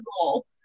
goal